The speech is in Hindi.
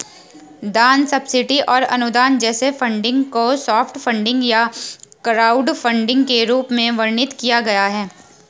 दान सब्सिडी और अनुदान जैसे फंडिंग को सॉफ्ट फंडिंग या क्राउडफंडिंग के रूप में वर्णित किया गया है